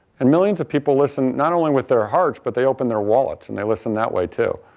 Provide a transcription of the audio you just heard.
and millions of people listen not only with their hearts, but they open their wallets and they listen that way too.